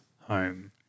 home